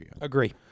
Agree